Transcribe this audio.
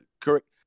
correct